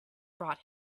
brought